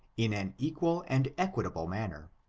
in an equal and equitable manner.